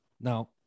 Now